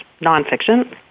nonfiction